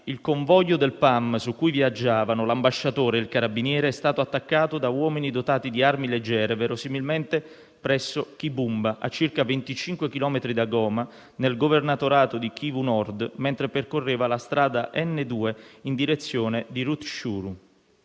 mondiale su cui viaggiavano l'ambasciatore e il carabiniere è stato attaccato da uomini dotati di armi leggere, verosimilmente presso Kibumba, a circa 25 chilometri da Goma, nel Governatorato di Kivu Nord, mentre percorreva la strada N2 in direzione di Rutshuru.